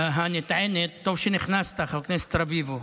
הנטענת, טוב שנכנסת, חבר הכנסת רביבו.